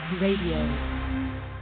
Radio